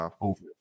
over